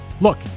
Look